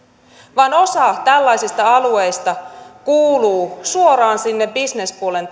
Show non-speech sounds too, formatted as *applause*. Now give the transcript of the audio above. vaan osa tällaisista alueista kuuluu suoraan sinne bisnespuolen *unintelligible*